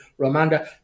Romanda